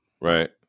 Right